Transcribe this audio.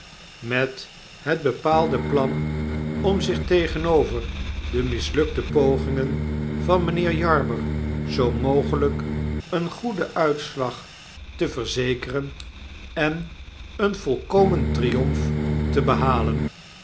met het bepaalde plan om zich tegenover de mislukte pogingen van mynheer jarber zoo mogelijk een goeden uitslag te verzekeren en een volkomen triomf tebehalen